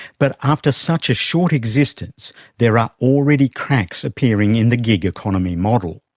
but after such a short existence there are already cracks appearing in the gig economy model.